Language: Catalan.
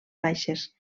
baixes